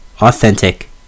authentic